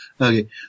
okay